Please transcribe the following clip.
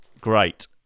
great